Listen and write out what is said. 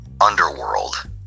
Underworld